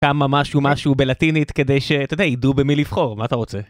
כמה משהו משהו בלטינית כדי שידעו במי לבחור, מה אתה רוצה?